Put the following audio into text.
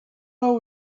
will